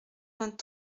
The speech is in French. vingt